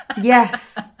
yes